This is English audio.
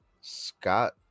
Scott